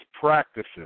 practices